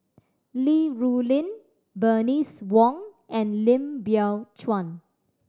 Li Rulin Bernice Wong and Lim Biow Chuan